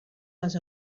les